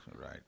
right